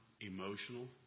emotional